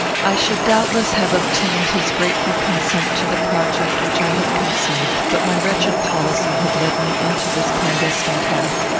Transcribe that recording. i should doubtless have obtained his grateful consent to the project which i had conceived but my wretched policy had led me into this clandestine path.